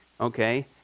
okay